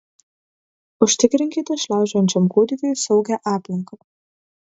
užtikrinkite šliaužiojančiam kūdikiui saugią aplinką